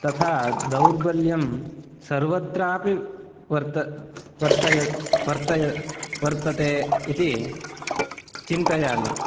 तथा दौर्बल्यं सर्वत्रापि वर्त वर्तय वर्तय वर्तय वर्तते इति चिन्तयामि